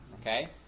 Okay